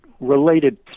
related